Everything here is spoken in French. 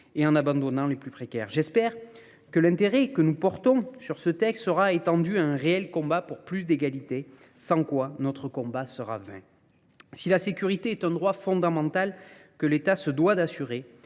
et en abandonnant les plus précaires. J'espère que l'intérêt que nous portons sur ce texte sera étendu à un réel combat pour plus d'égalités, sans quoi notre combat sera vain. Si la sécurité est un droit fondamental que l'Etat se doit d'assurer,